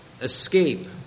escape